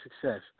success